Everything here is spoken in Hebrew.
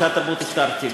משרד התרבות הזכרתי,